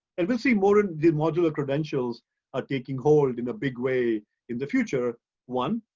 and we'll see more of the modular credentials are taking hold in a big way in the future one,